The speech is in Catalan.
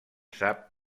sap